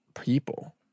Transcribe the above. people